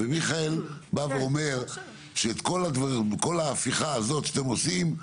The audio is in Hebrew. ומיכאל בא ואומר שאת כל ההפיכה הזאת שאתם עושים,